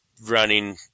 running